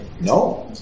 No